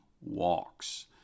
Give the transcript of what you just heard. walks